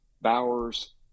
Bowers